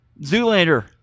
Zoolander